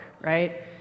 right